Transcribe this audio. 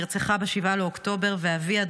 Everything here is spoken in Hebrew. נרצחה ב-7 באוקטובר ואביה,